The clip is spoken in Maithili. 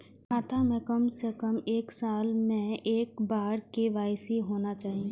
खाता में काम से कम एक साल में एक बार के.वाई.सी होना चाहि?